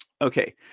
Okay